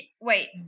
Wait